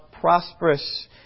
prosperous